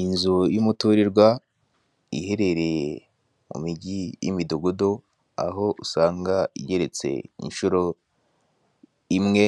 Inzu y'umuturirwa iherereye mu mijyi y'imidugudu aho usanga igereretse inshuro imwe